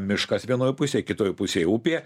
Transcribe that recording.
miškas vienoj pusėj kitoj pusėj upė